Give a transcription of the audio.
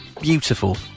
beautiful